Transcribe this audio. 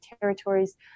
territories